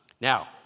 Now